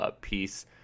piece